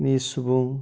सुबुं